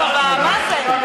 מה זה?